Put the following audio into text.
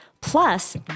Plus